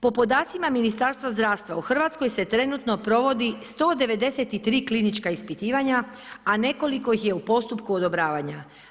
Po podacima Ministarstva zdravstva u Hrvatskoj se trenutno provodi 193 klinička ispitivanja, a nekoliko ih je u postupku odobravanja.